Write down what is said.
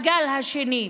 בגל השני.